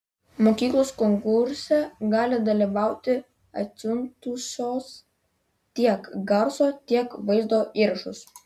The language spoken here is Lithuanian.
mokyklos konkurse gali dalyvauti atsiuntusios tiek garso tiek vaizdo įrašus